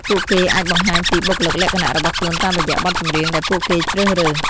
ពួកគេអាចបង្ហាញពីបុគ្គលិកលក្ខណៈរបស់ខ្លួនតាមរយៈបទចម្រៀងដែលពួកគេជ្រើសរើស។